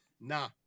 nah